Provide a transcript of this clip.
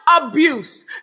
abuse